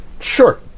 Sure